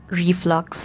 reflux